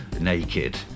naked